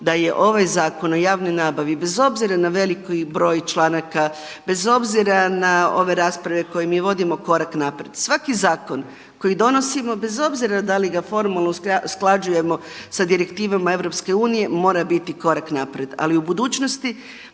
da je ovaj Zakon o javnoj nabavi bez obzira na veliki broj članaka, bez obzira na ove rasprave koje mi vodimo korak naprijed, svaki zakon koji donosimo bez obzira da li ga formalno usklađujemo sa direktivama EU mora biti korak naprijed. Ali u budućnosti